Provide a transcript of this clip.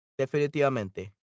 Definitivamente